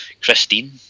Christine